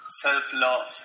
self-love